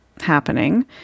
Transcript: happening